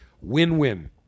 win-win